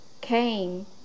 came